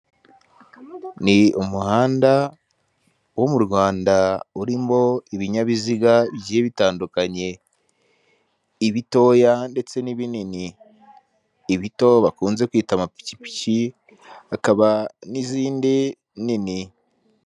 Ni umuhanda wo mu Rwanda urimo ibinyabiziga bigiye bitandukanye ibitoya ndetse n'ibinini, ibito bakunze kwita amapikipiki hakaba n'izindi nini.